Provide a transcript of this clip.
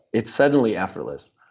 it's suddenly effortless,